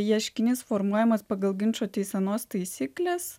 ieškinys formuojamas pagal ginčo teisenos taisykles